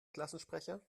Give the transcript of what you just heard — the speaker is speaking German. klassensprecher